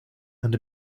and